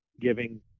giving